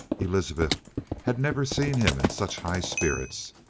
elizabeth had never see him in such high spirits.